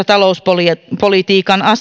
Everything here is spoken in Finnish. talouspolitiikan